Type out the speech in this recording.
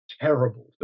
terrible